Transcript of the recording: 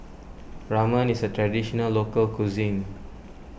Ramen is a Traditional Local Cuisine